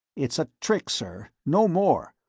it's a trick, sir, no more.